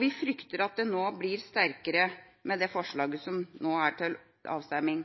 Vi frykter at den blir sterkere med det forslaget som nå ligger til avstemning.